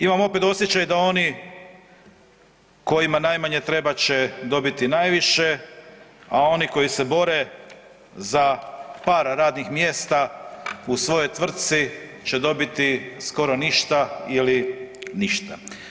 Imam opet osjećaj da oni kojima najmanje treba će dobiti najviše, a oni koji se bore za par radnih mjesta u svojoj tvrtci će dobiti skoro ništa ili ništa.